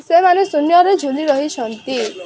ସେମାନେ ଶୂନ୍ୟରେ ଝୁଲି ରହିଛନ୍ତି